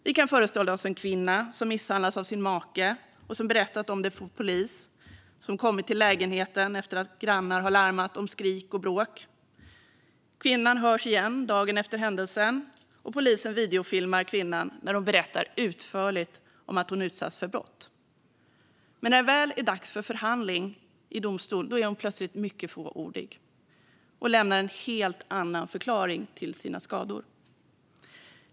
Vi kan föreställa oss en kvinna som misshandlats av sin make och som berättat om det för polis, som kommit till lägenheten efter att grannar larmat om skrik och bråk. Kvinnan hörs igen dagen efter händelsen, och polisen videofilmar kvinnan när hon berättar utförligt om att hon utsatts för brott. Men när det väl är dags för förhandling i domstol är hon plötsligt mycket fåordig och lämnar en helt annan förklaring till sina skador.